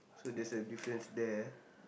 so there's a difference there ah